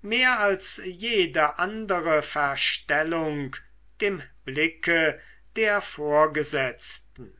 mehr als jede andere verstellung dem blicke der vorgesetzten